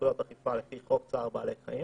סמכויות אכיפה לפי חוק צער בעלי חיים